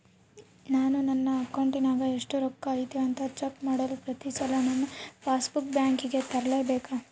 ನಾನು ನನ್ನ ಅಕೌಂಟಿನಾಗ ಎಷ್ಟು ರೊಕ್ಕ ಐತಿ ಅಂತಾ ಚೆಕ್ ಮಾಡಲು ಪ್ರತಿ ಸಲ ನನ್ನ ಪಾಸ್ ಬುಕ್ ಬ್ಯಾಂಕಿಗೆ ತರಲೆಬೇಕಾ?